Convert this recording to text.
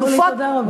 אורלי, תודה רבה.